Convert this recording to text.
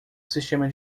sistema